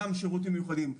גם שירותים מיוחדים,